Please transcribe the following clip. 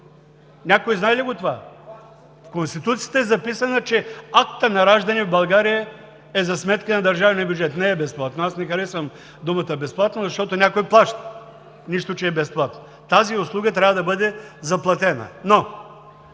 Някой знае ли го това? В Конституцията е записано, че актът на раждане в България е за сметка на държавния бюджет. Не е безплатно. Аз не харесвам думата безплатно, защото някой плаща, нищо, че е безплатно. Тази услуга трябва да бъде заплатена.